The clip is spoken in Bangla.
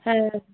হ্যাঁ